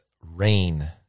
rain